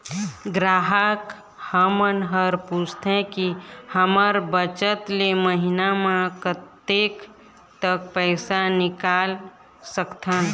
ग्राहक हमन हर पूछथें की हमर बचत ले महीना मा कतेक तक पैसा निकाल सकथन?